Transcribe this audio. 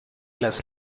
las